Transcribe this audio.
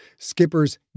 Skipper's